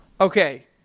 Okay